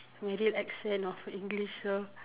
my real accent of English lor